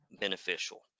beneficial